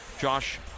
Josh